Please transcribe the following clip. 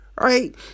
Right